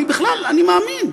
אני בכלל, אני מאמין.